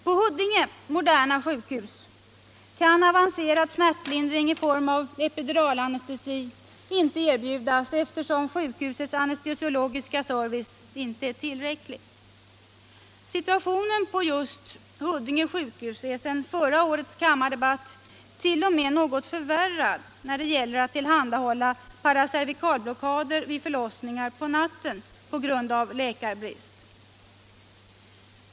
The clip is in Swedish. På Huddinge moderna sjukhus kan avancerad smärtlindring i form av epiduralanestesi inte erbjudas eftersom sjukhusets anestesiologiska service inte är tillräcklig. Situationen på just Huddinge sjukhus är sedan förra årets kammardebatt t.o.m. något förvärrad när det gäller att tillhandahålla paracervikalblockader vid förlossningar på natten på grund av läkarbrist.